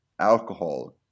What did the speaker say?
alcohol